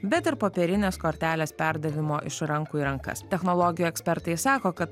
bet ir popierinės kortelės perdavimo iš rankų į rankas technologijų ekspertai sako kad